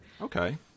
okay